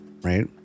right